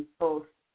both